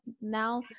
now